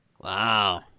Wow